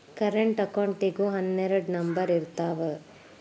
current ಅಕೌಂಟಿಗೂ ಹನ್ನೆರಡ್ number ಇರ್ತಾವ